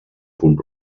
punt